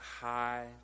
high